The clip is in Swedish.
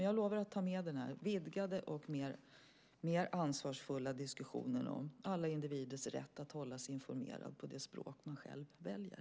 Jag lovar att ta med den här vidgade och mer ansvarsfulla diskussionen om alla individers rätt att hålla sig informerade på det språk man själv väljer.